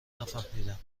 نفهمیدم